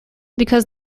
because